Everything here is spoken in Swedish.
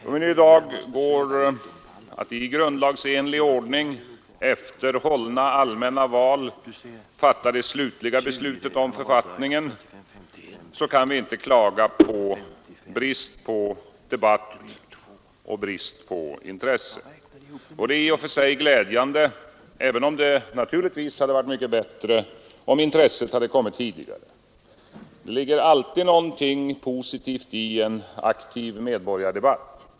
Då vi i dag går att i grundlagsenlig ordning, efter hållna allmänna val, fatta det slutliga beslutet om författningen, kan vi inte klaga över brist på debatt och intresse. Det är i och för sig glädjande, även om det givetvis hade varit mycket bättre om intresset kommit tidigare. Det ligger alltid någonting positivt i en aktiv medborgardebatt.